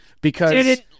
because-